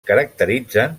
caracteritzen